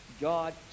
God